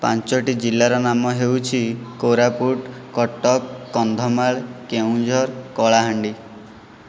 ପାଞ୍ଚଟି ଜିଲ୍ଲାର ନାମ ହେଉଛି କୋରାପୁଟ କଟକ କନ୍ଧମାଳ କେଉଁଝର କଳାହାଣ୍ଡି